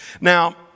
Now